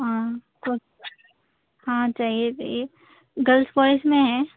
ہاں کچھ ہاں چاہیے چاہیے گرلس بوائز میں ہے